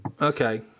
Okay